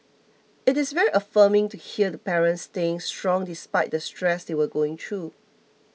it is very affirming to hear the parents staying strong despite the stress they were going through